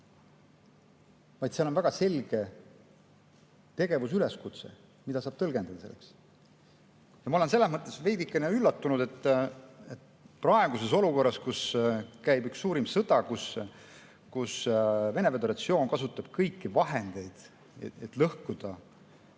vaid seal on väga selge tegevusüleskutse, mida saab sellena tõlgendada. Ma olen selles mõttes veidikene üllatunud, et praeguses olukorras, kus käib üks suurimaid sõdu, kus Venemaa Föderatsioon kasutab kõiki vahendeid, et lõhkuda